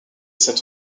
cet